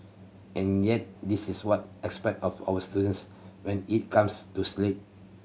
and yet this is what expect of our students when it comes to sleep